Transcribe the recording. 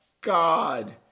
God